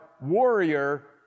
warrior